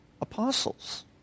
apostles